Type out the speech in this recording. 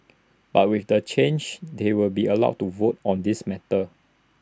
but with the change they will be allowed to vote on these matters